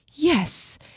Yes